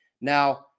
Now